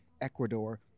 Ecuador